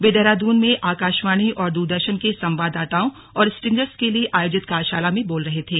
वे देहरादून में आकाशवाणी और दूरदर्शन के संवाददाताओं और स्ट्रिंगर्स के लिए आयोजित कार्यशाला में बोल रहे थे